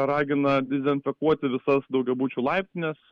ragina dezenfekuoti visas daugiabučių laiptines